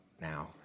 now